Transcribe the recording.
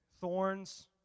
Thorns